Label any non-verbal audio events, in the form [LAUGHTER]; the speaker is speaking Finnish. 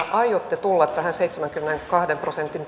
aiotte tulla tähän seitsemänkymmenenkahden prosentin [UNINTELLIGIBLE]